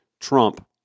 Trump